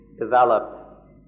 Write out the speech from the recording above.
developed